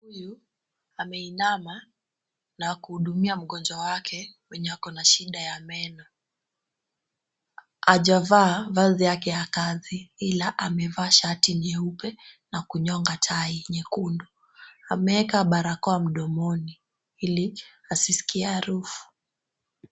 Mhudumu huyu ameinama na kuhudumia mgonjwa wake mwenye ako na shida ya meno. Hajavaa vazi yake ya kazi, ila amevaa shati nyeupe na kunyonga tai nyekundu. Ameeka barakoa mdomoni ili asiskie harufu.